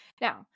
Now